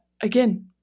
again